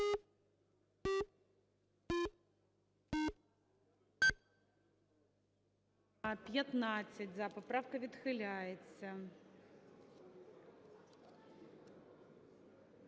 16, поправка відхиляється.